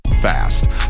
fast